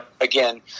Again